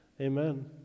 Amen